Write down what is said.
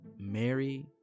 Mary